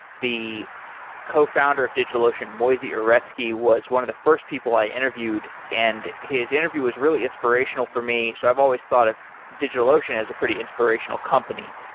the co-founder of digitalocean moisey uretsky uretsky was one of the first people i interviewed and his interview was really inspirational for me, so i've always thought of digitalocean as a pretty inspirational company.